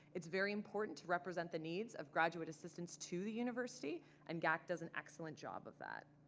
it's very important to represent the needs of graduate assistance to the university and gaac does an excellent job of that.